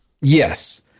Yes